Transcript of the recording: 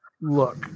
look